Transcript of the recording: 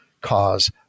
cause